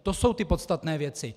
To jsou ty podstatné věci.